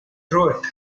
throat